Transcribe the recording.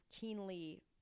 keenly